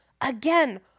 again